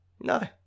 No